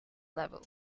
level